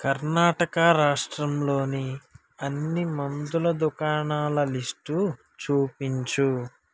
కర్ణాటక రాష్ట్రంలోని అన్ని మందుల దుకాణాల లిస్టు చూపించు